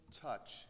touch